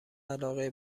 علاقه